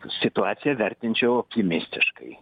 situaciją vertinčiau optimistiškai